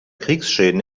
kriegsschäden